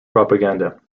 propaganda